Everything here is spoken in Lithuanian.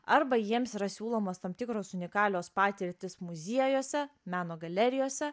arba jiems yra siūlomos tam tikros unikalios patirtys muziejuose meno galerijose